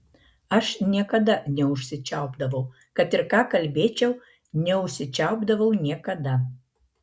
aš niekada neužsičiaupdavau kad ir ką kalbėčiau neužsičiaupdavau niekada